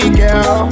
girl